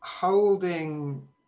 Holding